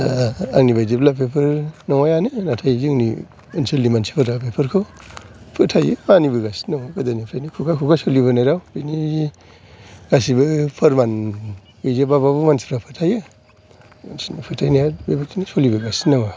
आंनि बादिब्ला बेफोर नङायानो नाथाय जोंनि ओन्सोलनि मानसिफोरा बेफोरखौ फोथायो मानिबोगासिनो दङ गोदोनिफ्रायनो खुगा खुगा सोलिबोनाय राव बेनि गासिबो फोरमान गैजोबाबाबो मानसिफ्रा फोथायो फोथायनाया बेबादिनो सोलिबोगासिनो दङ